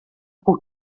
por